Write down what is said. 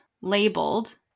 labeled